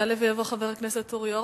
יעלה ויבוא חבר הכנסת אורי אורבך.